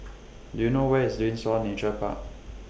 Do YOU know Where IS Windsor Nature Park